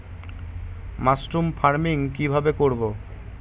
Mushroom farming কি ভাবে করব?